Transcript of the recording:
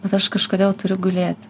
bet aš kažkodėl turiu gulėti